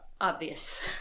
obvious